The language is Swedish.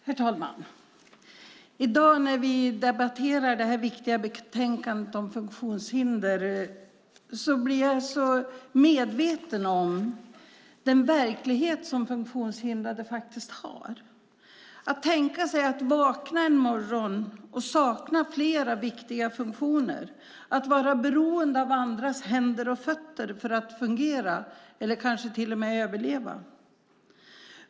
Herr talman! I dag när vi debatterar det här viktiga betänkandet om funktionshinder blir jag så medveten om den verklighet som funktionshindrade faktiskt har. Jag kan tänka mig hur det är att vakna en morgon och sakna flera viktiga funktioner, att vara beroende av andras händer och fötter för att fungera eller kanske till och med överleva.